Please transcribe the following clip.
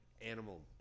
Animal